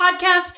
podcast